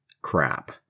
crap